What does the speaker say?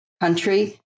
country